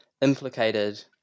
implicated